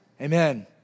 Amen